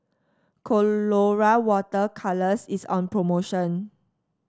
Colora Water Colours is on promotion